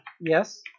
yes